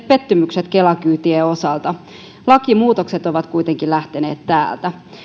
pettymykset kela kyytien osalta lakimuutokset ovat kuitenkin lähteneet täältä